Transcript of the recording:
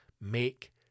make